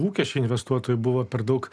lūkesčių investuotojai buvo per daug